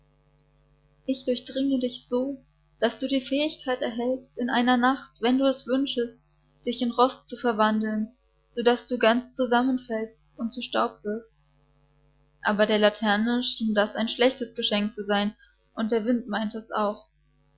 ich durchdringe dich so daß du die fähigkeit erhältst in einer nacht wenn du es wünschest dich in rost zu verwandeln sodaß du ganz zusammenfällst und zu staub wirst aber der laterne schien das ein schlechtes geschenk zu sein und der wind meinte es auch